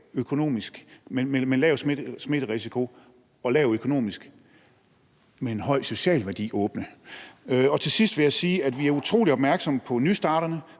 med lav smitterisiko og lav økonomisk betydning åbne, for de har en høj social værdi. Til sidst vil jeg sige, at vi er utrolig opmærksomme på nystarterne,